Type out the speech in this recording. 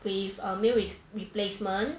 with a meal re~ replacement